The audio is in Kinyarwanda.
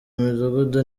midugudu